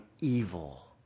evil